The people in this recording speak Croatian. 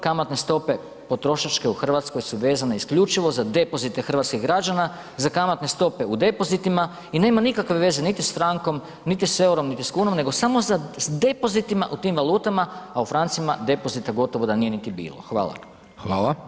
Kamatne stope potrošačke u Hrvatskoj su vezane isključivo za depozite hrvatskih građana za kamatne stope u depozitima i nema nikakve veze niti s frankom, niti s EUR-om, niti s kunom nego samo za depozitima u tim valutama, a u francima depozita gotovo da nije niti bilo.